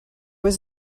was